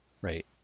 right